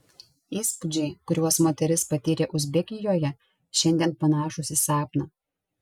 įspūdžiai kuriuos moteris patyrė uzbekijoje šiandien panašūs į sapną